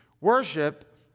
worship